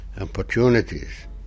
opportunities